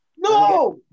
No